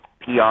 PR